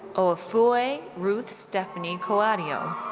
ouffoue ruth stephanie douadio.